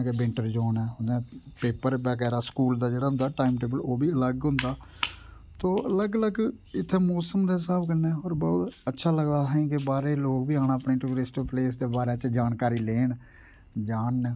जेहका winter zone ऐ paper बगैरा स्कूल दा जेहड़ा होंदा टाइम टेबल ओह्बी अलग होंदा तो अलग अलग इत्थे मौसम दे स्हाब दे कन्नै बहुत अच्छा लग्गा असेंगी कि बाहरे दे लोग बी आने टूरिस्ट पलेस दे बारे च जानकारी लैन जानन